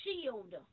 shield